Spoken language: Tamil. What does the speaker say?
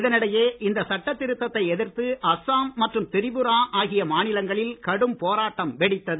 இதனிடையே இந்த சட்டத் திருத்தத்தை எதிர்த்து அஸ்ஸாம் மற்றும் திரிபுரா ஆகிய மாநிலங்களில் கடும் போராட்டம் வெடித்தது